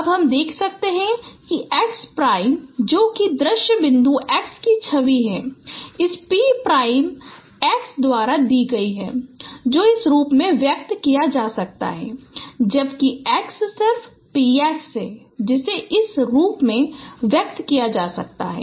अब हम देख सकते हैं कि x प्राइम जो कि दृश्य बिंदु x की छवि है इस P प्राइम X द्वारा दी गई है जो इस रूप में व्यक्त किया जा सकता है जबकि x सिर्फ PX है जिसे इस रूप में व्यक्त किया जा सकता है